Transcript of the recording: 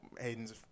hayden's